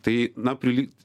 tai na prilygt